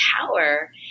power